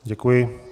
Děkuji.